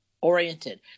oriented